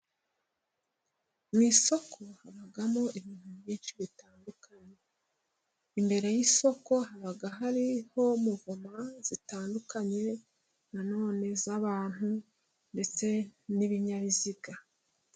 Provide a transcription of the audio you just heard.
Mu isoko habamo ibintu byinshi bitandukanye. Imbere y'isoko haba hariho muvma zitandukanye, nanone z'abantu, ndetse n'ibinyabiziga.